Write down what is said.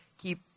keep